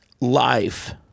life